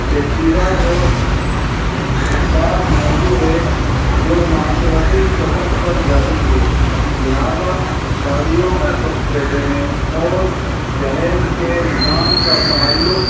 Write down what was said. پیچیدہ اور حساس موضوع ہے جو معاشرتی سطح پر جاری ہے لہذا شادیوں میں تحفے دینے اور جہیز کے نظام کا تعلق